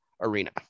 arena